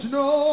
no